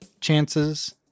chances